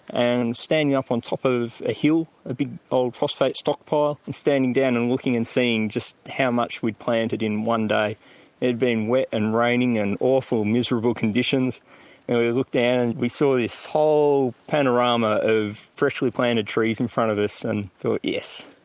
and standing up on top of a hill, a big old phosphate stockpile, and standing down and looking and seeing just how much we'd planted in one day. it had been wet and raining and awful, miserable conditions, and we looked down and we saw this whole panorama of freshly planted trees in front of us and thought, yes,